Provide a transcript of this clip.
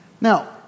Now